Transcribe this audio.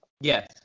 Yes